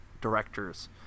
directors